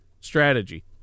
strategy